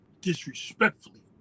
disrespectfully